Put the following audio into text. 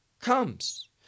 comes